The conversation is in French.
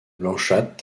blanchâtre